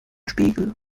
spiegel